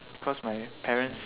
cause my parents